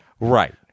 Right